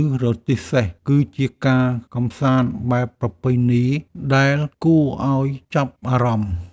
ឬរទេះសេះ គឺជាការកម្សាន្តបែបប្រពៃណីដែលគួរឱ្យចាប់អារម្មណ៍។